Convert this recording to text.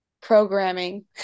programming